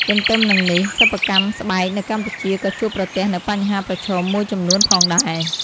ទន្ទឺមនឹងនេះ សិប្បកម្មស្បែកនៅកម្ពុជាក៏ជួបប្រទះនូវបញ្ហាប្រឈមមួយចំនួនផងដែរ។